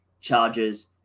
charges